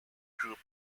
group